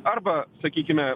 arba sakykime